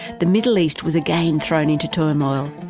the middle east was again thrown into turmoil,